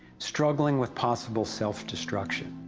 struggling with possible self-destruction!